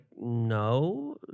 no